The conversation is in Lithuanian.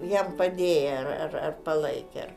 jam padėję ir palaikę